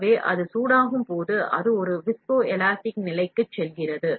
எனவே அது சூடாகும்போது அது ஒரு விஸ்கோலாஸ்டிக் நிலைக்குச் செல்கிறது